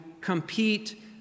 compete